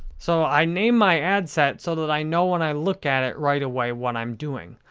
so, i name my ad set so that i know when i look at it right away what i'm doing.